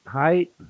height